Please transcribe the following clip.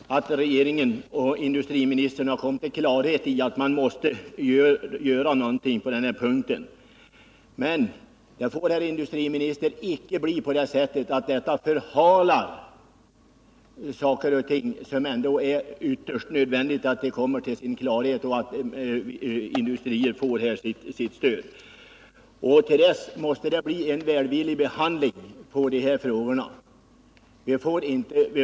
Herr talman! Det är bra att regeringen och industriministern har kommit till klarhet om att någonting måste göras på den här punkten. Men det får, herr industriminister, icke bli på det sättet att man på detta sätt förhalar åtgärder som med nödvändighet måste komma till stånd eller att industrierna får sitt stöd. Till dess man har åstadkommit en slutlig lösning måste deras framställningar få en välvillig behandling.